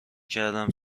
کردم